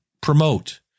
promote